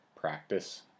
practice